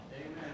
Amen